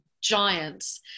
giants